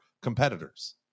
competitors